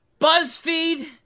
BuzzFeed